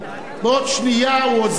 בעוד שנייה הוא עוזב,